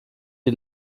die